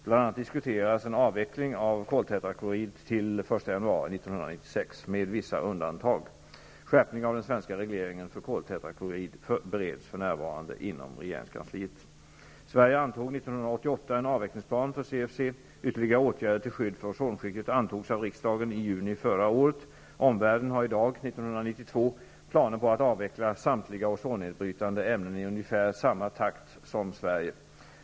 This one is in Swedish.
Bl.a. diskuteras en avveckling av koltetraklorid till den 1 januari 1996, med vissa undantag. Frågan om skärpning av den svenska regleringen för koltetraklorid bereds för närvarande inom regeringskansliet. Ytterligare åtgärder till skydd för ozonskiktet fattade riksdagen beslut om i juni förra året. Omvärlden har i dag, 1992, planer på att avveckla samtliga ozonnedbrytande ämnen i ungefär samma takt som Sverige.